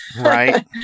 Right